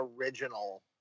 original